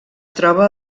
troba